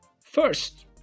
First